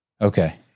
Okay